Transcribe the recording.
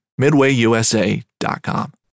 MidwayUSA.com